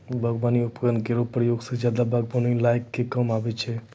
बागबानी उपकरन केरो प्रयोग सें जादा बागबानी लगाय क काम आबै छै